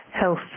health